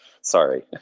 Sorry